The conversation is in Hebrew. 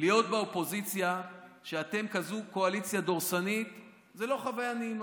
להיות באופוזיציה כשאתם כזו קואליציה דורסנית זו לא חוויה נעימה.